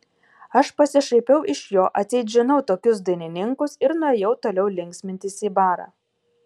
aš pasišaipiau iš jo atseit žinau tokius dainininkus ir nuėjau toliau linksmintis į barą